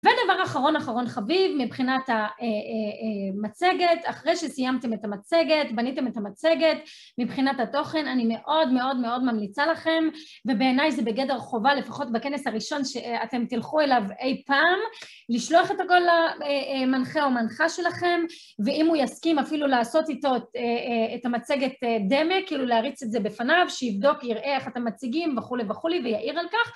ודבר אחרון אחרון חביב מבחינת המצגת, אחרי שסיימתם את המצגת, בניתם את המצגת מבחינת התוכן, אני מאוד מאוד מאוד ממליצה לכם, ובעיניי זה בגדר חובה לפחות בכנס הראשון שאתם תלכו אליו אי פעם, לשלוח את הכל למנחה או מנחה שלכם, ואם הוא יסכים אפילו לעשות איתו את המצגת דמה, כאילו להריץ את זה בפניו, שיבדוק, יראה איך את המציגים וכולי וכולי ויעיר על כך.